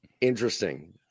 interesting